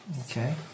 Okay